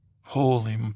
Holy